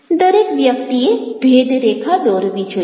દરેક વ્યક્તિએ ભેદરેખા દોરવી જોઈએ